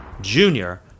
Junior